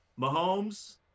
Mahomes